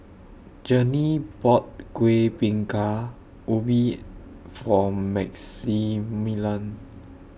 Journey bought Kueh Bingka Ubi For Maximilian